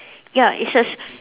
ya it's a